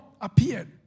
appeared